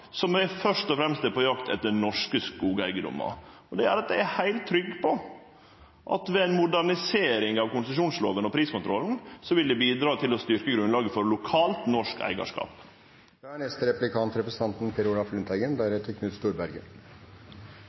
skogressursar som først og fremst er på jakt etter norske skogeigedomar. Det gjer at eg er heilt trygg på at ei modernisering av konsesjonslova og priskontrollen vil bidra til å styrkje grunnlaget for lokalt norsk eigarskap.